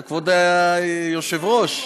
כבוד היושב-ראש.